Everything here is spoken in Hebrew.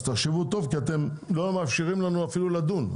אז תחשבו טוב כי אתם לא מאפשרים לנו אפילו לדון,